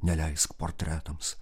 neleisk portretams